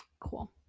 Cool